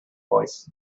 voice